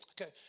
Okay